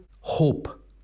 hope